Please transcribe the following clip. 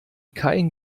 kein